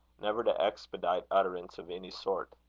never to expedite utterance of any sort.